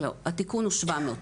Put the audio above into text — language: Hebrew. התיקון הוא 700,